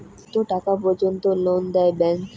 কত টাকা পর্যন্ত লোন দেয় ব্যাংক?